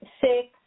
six